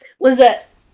Lizette